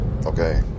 Okay